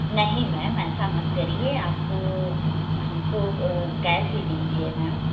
नहीं मैम ऐसा मत करिए आप हम को कैश दे दीजिए मैम